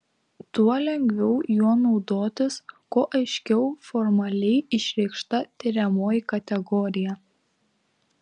tuo lengviau juo naudotis kuo aiškiau formaliai išreikšta tiriamoji kategorija